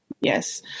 Yes